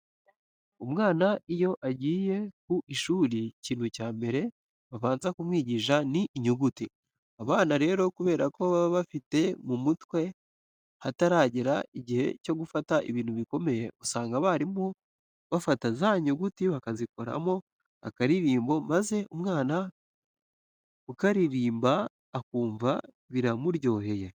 Umwana iyo agiye ku ishuri ikintu cya mbere babanza kumwigisha ni inyuguti. Abana rero kubera ko baba bafite mu mutwe hataragera igihe cyo gufata ibintu bikomeye, usanga abarimu bafata za nyuguti bakazikoramo akaririmbo maze umwana kukaririmba akumva biramuryoheye.